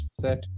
set